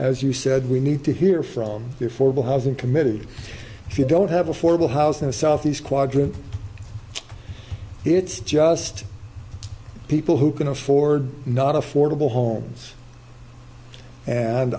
as you said we need to hear from your former husband committed if you don't have affordable housing the southeast quadrant it's just people who can afford not affordable homes and